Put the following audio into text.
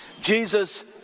Jesus